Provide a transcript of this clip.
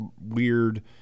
weird